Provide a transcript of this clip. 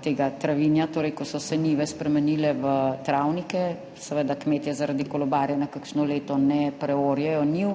tega travinja, torej ko so se njive spremenile v travnike, seveda kmetje zaradi kolobarjenja kakšno leto ne preorjejo njiv,